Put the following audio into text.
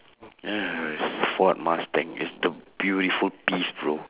ya is ford mustang it's the beautiful beast bro